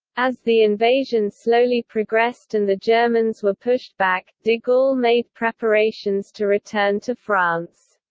as the invasion slowly progressed and the germans were pushed back, de gaulle made preparations to return to france.